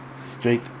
Straight